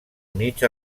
mig